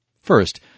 First